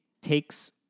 takes